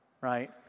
right